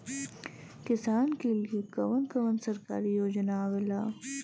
किसान के लिए कवन कवन सरकारी योजना आवेला?